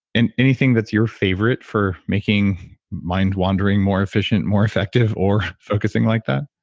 and anything that's your favorite for making mind-wandering more efficient, more effective or focusing like that?